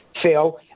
Phil